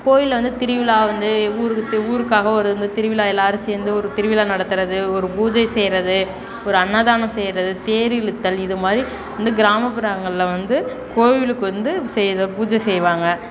கோயிலில் வந்து திருவிழா வந்து ஊருக்கு ஊருக்காக ஒரு திருவிழா எல்லோரும் சேர்ந்து ஒரு திருவிழா நடத்துவது ஒரு பூஜை செய்வது ஒரு அன்னதானம் செய்வது தேரிழுத்தல் இது மாதிரி கிராமப்புறங்களில் வந்து கோவிலுக்கு வந்து செய்து பூஜை செய்வாங்க